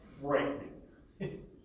frightening